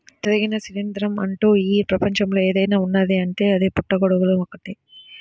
తినదగిన శిలీంద్రం అంటూ ఈ ప్రపంచంలో ఏదైనా ఉన్నదీ అంటే అది పుట్టగొడుగులు ఒక్కటే